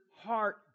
heart